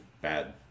bad